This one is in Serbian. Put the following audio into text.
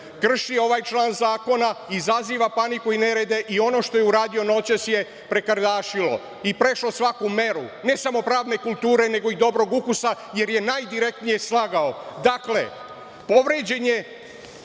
krši ovaj član zakona, izaziva paniku i nerede i ono što je uradio noćas je prekardašilo i prešlo svaku meru, ne samo pravne kulture, nego i dobrog ukusa, jer je najdirektnije slagao. Dakle,